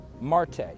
Marte